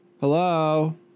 Hello